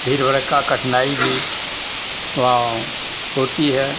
भीड़ भड़क्का कठिनाई भी वहाँ होती है